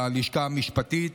הלשכה המשפטית.